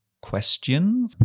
question